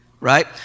right